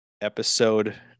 episode